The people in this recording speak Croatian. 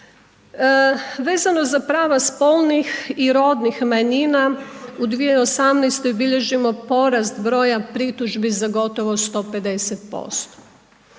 Vezano za prava spolnih i rodnih manjina, u 2018. bilježimo porast broja pritužbi za gotovo za 150%.